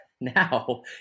now